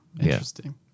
interesting